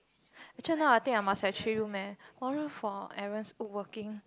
actually now I think I must have three room eh oh no four Aaron's working